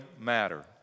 matter